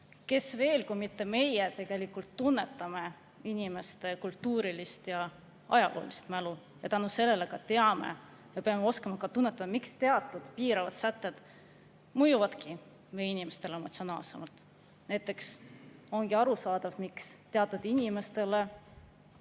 Kes veel, kui mitte meie, tunnetab [meie] inimeste kultuurilist ja ajaloolist mälu? Tänu sellele teame – ja me peame oskama ka tunnetada –, miks teatud piiravad sätted mõjuvad meie inimestele emotsionaalsemalt. Näiteks on arusaadav, miks teatud inimestele